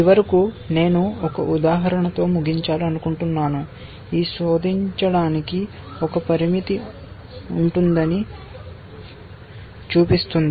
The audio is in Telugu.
చివరకు నేను ఒక ఉదాహరణతో ముగించాలనుకుంటున్నాను ఇది శోధించడానికి ఒక పరిమితి ఉంటుందని చూపిస్తుంది